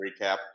recap –